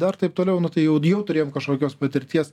dar taip toliau nu tai jau jau turėjom kažkokios patirties